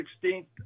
sixteenth